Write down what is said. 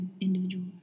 individual